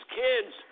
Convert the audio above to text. kids